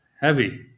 heavy